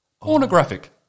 pornographic